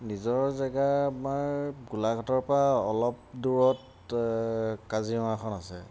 নিজৰ জেগা আমাৰ গোলাঘাটৰপৰা অলপ দূৰত কাজিৰঙাখন আছে